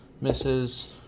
Misses